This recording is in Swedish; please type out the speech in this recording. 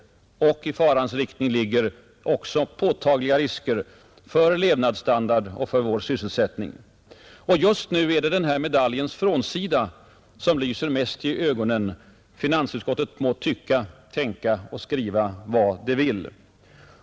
Och i farans riktning ligger påtagliga risker för vår levnadsstandard och vår sysselsättning. Just nu är det denna medaljens frånsida som lyser mest i ögonen, finansutskottet må tycka, tänka och skriva vad det vill.